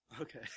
Okay